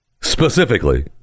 specifically